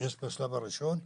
את השלב הראשון.